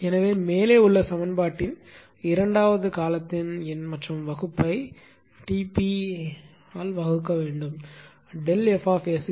எனவே மேலே உள்ள சமன்பாட்டின் இரண்டாவது காலத்தின் எண் மற்றும் வகுப்பை T p வகுக்கவும்